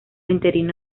interino